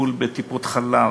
טיפול בטיפות-חלב,